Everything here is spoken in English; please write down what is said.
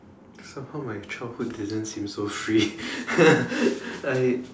how come my childhood didn't seem so free I